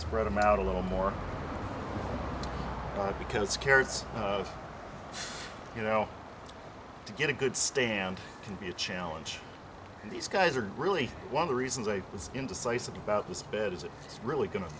spread them out a little more because carrots you know to get a good stand can be a challenge and these guys are really one of the reasons i was indecisive about this bed is it really going to